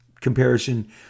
comparison